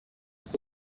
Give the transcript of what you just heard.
kuko